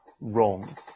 wrong